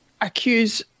accuse